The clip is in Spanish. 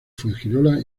fuengirola